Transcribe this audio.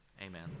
Amen